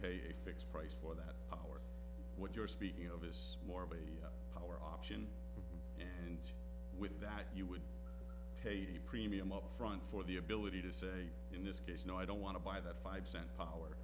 pay a fixed price for that what you're speaking of is more of a power option and with that you would pay the premium upfront for the ability to say in this case no i don't want to buy that five cent power